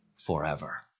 forever